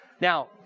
Now